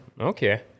Okay